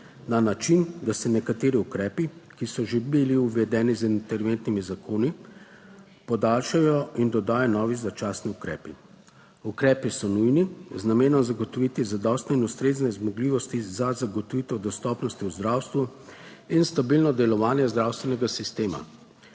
na način, da se nekateri ukrepi, ki so že bili uvedeni z interventnimi zakoni podaljšajo in dodajo novi začasni ukrepi. Ukrepi so nujni z namenom zagotoviti zadostne in ustrezne zmogljivosti za zagotovitev dostopnosti v zdravstvu. In stabilno delovanje zdravstvenega sistema.